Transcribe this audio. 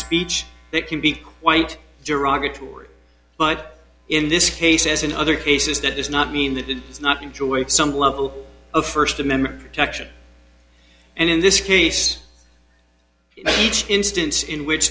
speech that can be quite derogatory but in this case as in other cases that does not mean that it has not enjoyed some level of first amendment protection and in this case each instance in which